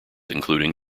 including